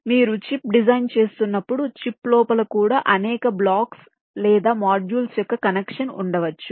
మీరు chip design చేస్తున్నప్పుడు chip లోపల కూడా అనేక బ్లాక్స్ లేదా మాడ్యూల్స్ యొక్క కనెక్షన్ ఉండవచ్చు